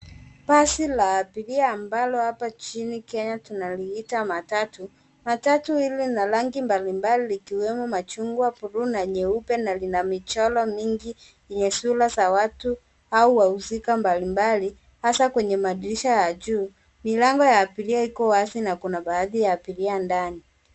Basi la abiria ambalo hapa nchini Kenya tunaliita matatu. Matatu hili lina rangi mbalimbali ikiwemo machungwa, buluu na nyeupe na lina michoro mingi yenye sura za watu au wahusika mbalimbali hasa kwenye madirisha ya juu . Milango ya abiria iko wazi na kuna baadhi ya abiria ndani.